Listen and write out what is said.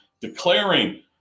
declaring